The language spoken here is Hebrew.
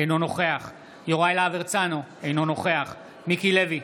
אינו נוכח יוראי להב הרצנו, אינו נוכח מיקי לוי,